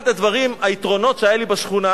אחד היתרונות שהיו לי בשכונה,